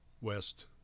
West